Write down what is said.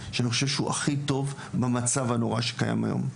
שאני חושב שהוא הכי טוב במצב הנורא שקיים היום.